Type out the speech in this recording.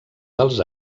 dels